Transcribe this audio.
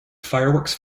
fireworks